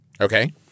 Okay